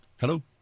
Hello